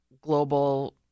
global